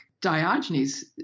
diogenes